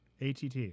att